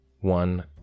one